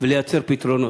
ולייצר פתרונות.